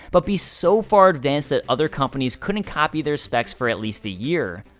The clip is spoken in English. but be so far advanced that other companies couldn't copy their specs for at least a year.